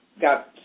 got